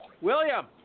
William